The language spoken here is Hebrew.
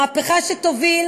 מהפכה שתוביל